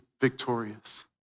victorious